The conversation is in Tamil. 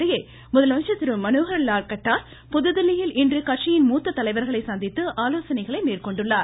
இதனிடையே முதலமைச்சர் திரு மனோகர்லால் கட்டார் புதுதில்லியில் இன்று கட்சியின் மூத்த தலைவர்களை சந்தித்து ஆலோசனைகளை மேற்கொண்டுள்ளார்